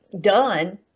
done